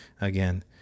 again